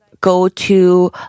go-to